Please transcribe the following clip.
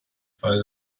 weil